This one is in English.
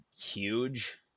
huge